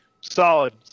Solid